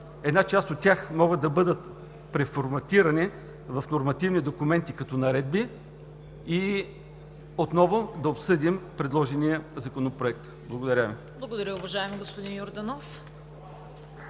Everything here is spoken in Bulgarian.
една част от тях могат да бъдат преформатирани в нормативни документи като наредби и отново да обсъдим предложения законопроект. Благодаря Ви.